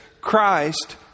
Christ